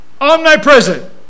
omnipresent